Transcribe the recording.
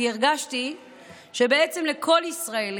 כי הרגשתי שבעצם לכל ישראלי,